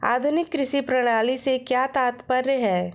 आधुनिक कृषि प्रणाली से क्या तात्पर्य है?